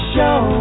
Show